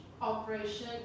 operation